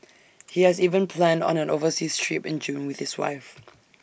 he has even planned an overseas trip in June with his wife